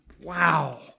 Wow